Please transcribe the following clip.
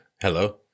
Hello